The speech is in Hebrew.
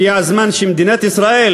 הגיע הזמן שמדינת ישראל